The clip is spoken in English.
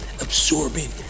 absorbing